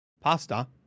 pasta